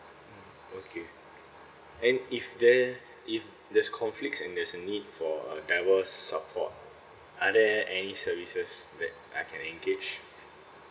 mm okay and if the if there's conflicts and there's a need for a divorce support are there any services that I can engage